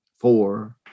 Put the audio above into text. four